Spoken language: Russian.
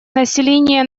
население